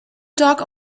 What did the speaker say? talk